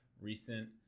recent